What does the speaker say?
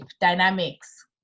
dynamics